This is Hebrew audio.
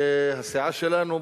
והסיעה שלנו,